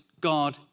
God